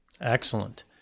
Excellent